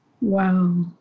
wow